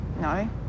No